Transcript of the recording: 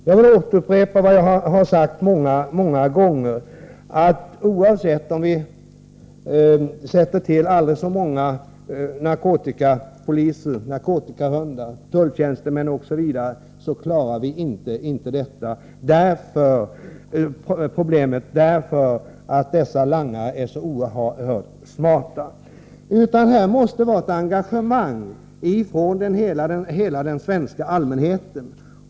Jag vill upprepa vad jag har sagt många gånger: Oavsett om vi tillsätter aldrig så många narkotikapoliser och tulltjänstemän och lär upp aldrig så många narkotikahundar löser vi inte narkotikaproblemet, därför att langarna är så oerhört smarta. Här måste det finnas ett engagemang hos hela den svenska allmänheten.